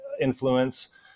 influence